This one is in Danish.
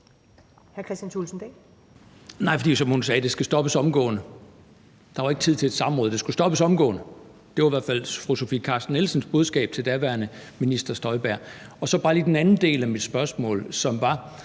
Nej, for som hun sagde: Det skal stoppes omgående. Der var ikke tid til et samråd – det skulle stoppes omgående! Det var i hvert fald fru Sofie Carsten Nielsens budskab til daværende minister Støjberg. Så bare lige til den anden del af mit spørgsmål, som var: